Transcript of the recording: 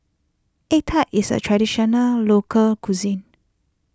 Egg Tart is a Traditional Local Cuisine